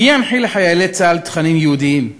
מי ינחיל לחיילי צה”ל תכנים יהודיים?